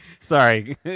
Sorry